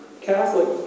catholic